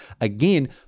Again